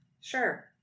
Sure